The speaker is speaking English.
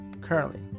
currently